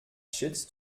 schätzt